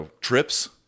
trips